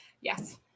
Yes